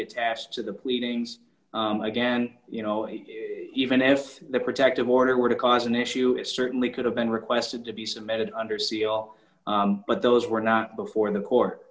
attached to the pleadings again you know even if the protective order were to cause an issue it certainly could have been requested to be submitted under seal but those were not before the court